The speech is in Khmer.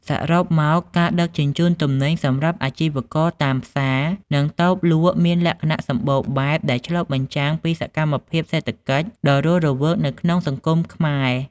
សរុបមក ការដឹកជញ្ជូនទំនិញសម្រាប់អាជីវករតាមផ្សារ និងតូបលក់មានលក្ខណៈសម្បូរបែបដែលបានឆ្លុះបញ្ចាំងពីសកម្មភាពសេដ្ឋកិច្ចដ៏រស់រវើកនៅក្នុងសង្គមខ្មែរ។